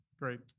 great